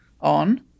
on